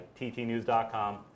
ttnews.com